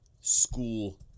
school